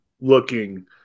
looking